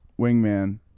wingman